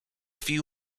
few